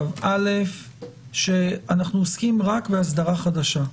אנחנו עוסקים רק באסדרה חדשה.